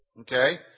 okay